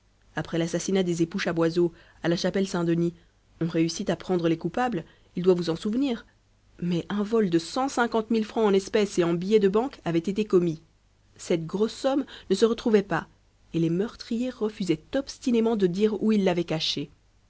après l'assassinat des époux chaboiseau à la chapelle saint denis on réussit à prendre les coupables il doit vous en souvenir mais un vol de cent cinquante mille francs en espèces et en billets de banque avait été commis cette grosse somme ne se retrouvait pas et les meurtriers refusaient obstinément de dire où ils l'avaient cachée